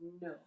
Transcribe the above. No